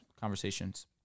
conversations